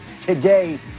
today